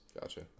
Gotcha